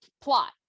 plot